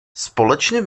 společně